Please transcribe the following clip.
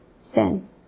sin